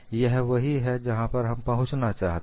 यह वही है जहां हम पहुंचना चाहते हैं